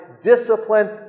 Discipline